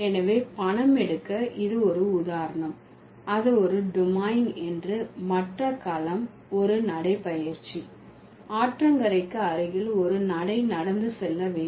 எனவே பணம் எடுக்க இது ஒரு உதாரணம் அது ஒரு டொமைன் என்று மற்ற களம் ஒரு நடைபயிற்சி ஆற்றங்கரைக்கு அருகில் ஒரு நடை நடந்து செல்ல வேண்டும்